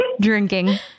drinking